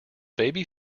baby